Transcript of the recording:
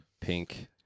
pink